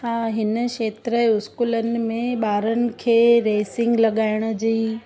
हा हिन क्षेत्र इस्कूलनि में ॿारनि खे रेसिंग लॻाइण जी